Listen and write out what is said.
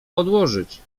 odłożyć